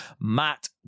Matt